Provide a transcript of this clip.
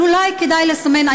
אבל אולי כדאי לסמן,